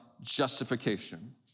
justification